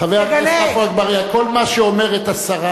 פעם שנייה.